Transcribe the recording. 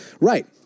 Right